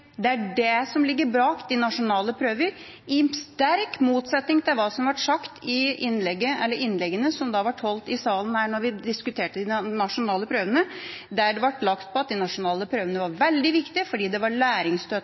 er det som ligger bak nasjonale prøver – i sterk motsetning til hva som ble sagt i innleggene som ble holdt her i salen da vi diskuterte de nasjonale prøvene. Der ble det lagt vekt på at de nasjonale prøvene var veldig viktige, for det var